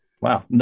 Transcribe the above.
Wow